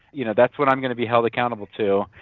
you know that's what i'm going to be held accountable to,